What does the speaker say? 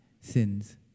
sins